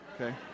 okay